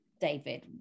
David